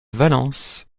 valence